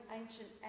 ancient